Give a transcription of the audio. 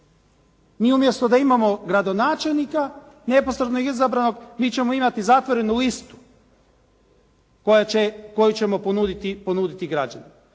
Mi umjesto da imamo gradonačelnika neposredno izabranog, mi ćemo imati zatvorenu listu koju ćemo ponuditi građanima